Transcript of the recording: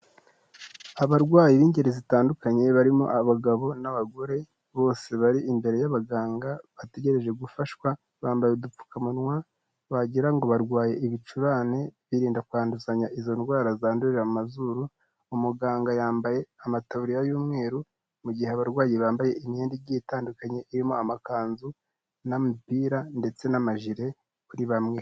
Abarwayi b'ingeri zitandukanye barimo abagabo n'abagore, bose bari imbere y'abaganga, bategereje gufashwa, bambaye udupfukamunwa, wagira ngo barwaye ibicurane, birinda kwanduzanya izo ndwara zandurira mu mazuru, umuganga yambaye amataburiya y'umweru, mu gihe abarwayi bambaye imyenda igiye itandukanye, irimo amakanzu n'imipira, ndetse n'amajire kuri bamwe.